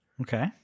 Okay